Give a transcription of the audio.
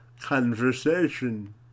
conversation